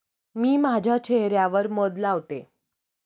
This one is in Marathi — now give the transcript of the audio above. मी माझ्या चेह यावर मध लावते